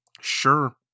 Sure